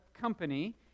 company